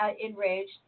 enraged